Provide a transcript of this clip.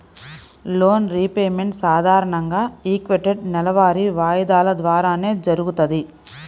loan repayment సాధారణంగా equated నెలవారీ వాయిదాల ద్వారానే జరుగుతది